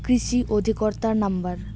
কৃষি অধিকর্তার নাম্বার?